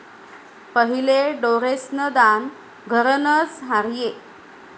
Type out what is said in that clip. पहिले ढोरेस्न दान घरनंच र्हाये